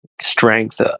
strength